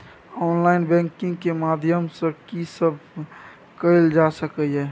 Online banking के माध्यम सं की सब कैल जा सके ये?